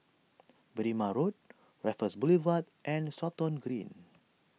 Berrima Road Raffles Boulevard and Stratton Green